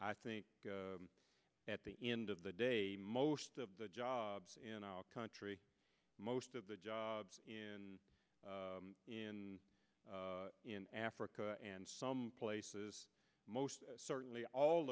i think at the end of the day most of the jobs in our country most of the jobs in in africa and some places most certainly all